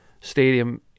Stadium